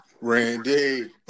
Randy